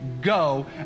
go